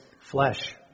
flesh